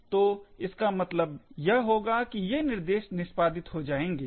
तो इसका मतलब यह होगा कि ये निर्देश निष्पादित हो जाएंगे